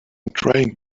trying